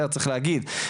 צריך להגיד את זה,